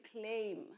claim